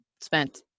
spent